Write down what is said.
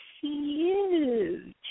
huge